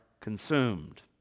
consumed